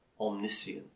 omniscient